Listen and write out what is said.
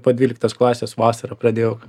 po dvyliktos klasės vasarą pradėjau